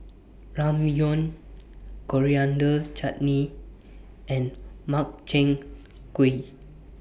Ramyeon Coriander Chutney and Makchang Gui